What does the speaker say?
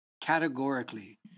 categorically